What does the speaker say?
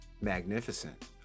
magnificent